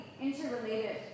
interrelated